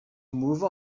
move